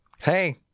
Hey